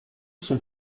sont